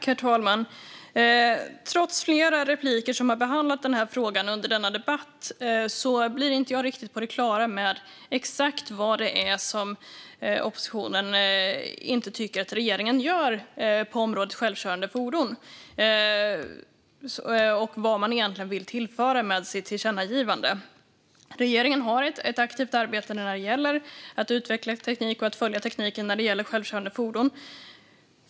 Herr talman! Trots flera repliker som har behandlat den här frågan under denna debatt blir jag inte riktigt på det klara med exakt vad det är som oppositionen inte tycker att regeringen gör på området självkörande fordon och vad man egentligen vill tillföra med sitt tillkännagivande. Regeringen har ett aktivt arbete vad gäller att utveckla teknik och att följa tekniken när det gäller självkörande fordon.